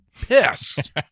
pissed